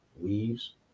weaves